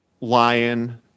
Lion